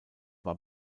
war